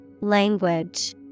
Language